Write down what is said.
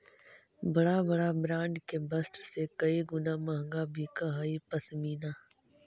बड़ा बड़ा ब्राण्ड के वस्त्र से कई गुणा महँगा बिकऽ हई पशमीना